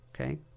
okay